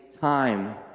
time